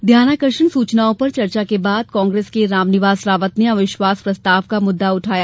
ध्यानाकर्षण सूचनाओं पर चर्चा के बाद कांग्रेस के रामनिवास रावत ने अविश्वास प्रस्ताव का मुद्दा उठाया